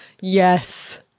Yes